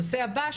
הנושא הבא,